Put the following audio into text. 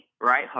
right